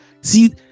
See